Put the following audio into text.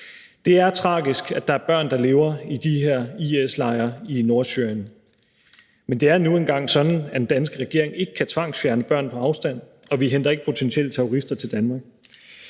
Det er tragisk, at der er børn, der lever i de IS-lejre i Nordsyrien, men det er nu engang sådan, at den danske regering ikke kan tvangsfjerne børn på afstand, og vi henter ikke potentielle terrorister til Danmark.